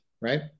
right